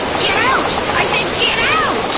get out! i said get out! oh.